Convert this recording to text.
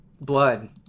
blood